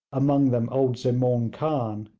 among them old zemaun khan,